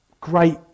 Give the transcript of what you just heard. great